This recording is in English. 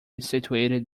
situated